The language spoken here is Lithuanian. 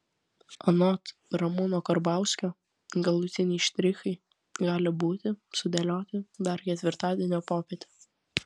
anot ramūno karbauskio galutiniai štrichai gali būti sudėlioti dar ketvirtadienio popietę